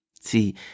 See